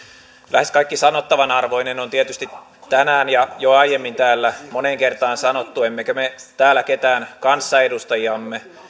lähes kaikki sanottavan arvoinen on tietysti tänään ja jo aiemmin täällä moneen kertaan sanottu emmekä me täällä ketään kanssaedustajiamme